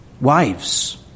Wives